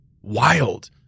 wild